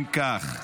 אם כך,